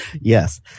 Yes